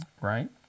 Right